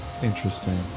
Interesting